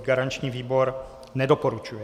Garanční výbor nedoporučuje.